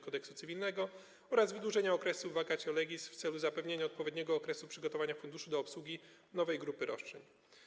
Kodeksu cywilnego oraz wydłużenia okresu vacatio legis w celu zapewnienia odpowiedniego okresu przygotowania funduszu do obsługi nowej grupy roszczeń.